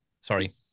Sorry